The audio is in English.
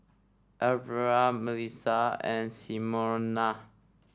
Alvira Mellisa and Simona